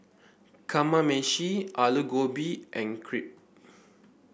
Kamameshi Alu Gobi and Crepe